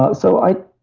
but so i.